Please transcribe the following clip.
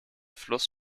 fluss